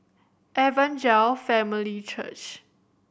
Evangel Family Church